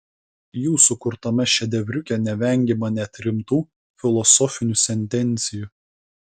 jų sukurtame šedevriuke nevengiama net rimtų filosofinių sentencijų